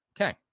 Okay